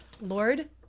Lord